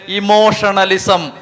emotionalism